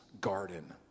garden